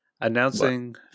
announcing